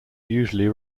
usually